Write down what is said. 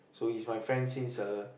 so he's my friend since uh